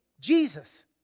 Jesus